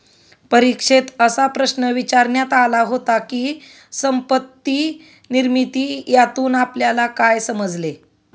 परीक्षेत असा प्रश्न विचारण्यात आला होता की, संपत्ती निर्मिती यातून आपल्याला काय समजले?